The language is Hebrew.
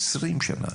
20 שנה.